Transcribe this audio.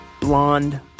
blonde